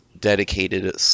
dedicated